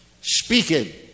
Speaking